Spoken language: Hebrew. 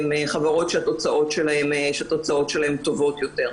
הן חברות שהתוצאות שלהן טובות יותר.